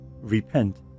Repent